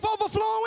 overflowing